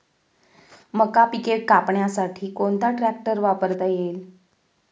मका पिके कापण्यासाठी कोणता ट्रॅक्टर वापरता येईल?